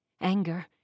Anger